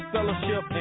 Fellowship